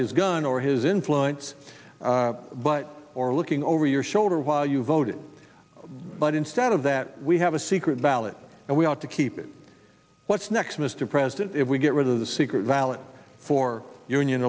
his gun or his influence but or looking over your shoulder while you voted but instead of that we have a secret ballot and we ought to keep what's next mr president if we get rid of the secret ballot for union